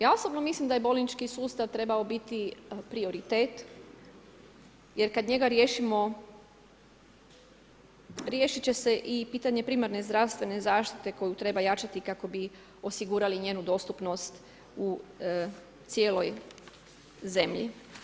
Ja osobno mislim da je bolnički sustav trebao biti prioritet jer kad njega riješimo, riješit će se i pitanje primarne zdravstvene zaštite koju treba jačati kako bi osigurali njenu dostupnost u cijeloj zemlji.